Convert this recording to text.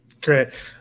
great